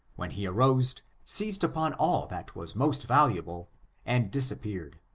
when he arose, seized upon all that was most valuable and disappeared.